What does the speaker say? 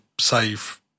save